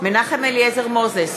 מנחם אליעזר מוזס,